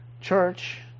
church